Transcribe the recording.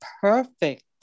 perfect